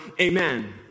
Amen